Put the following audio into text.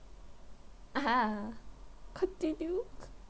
(uh huh) continue